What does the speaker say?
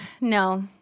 no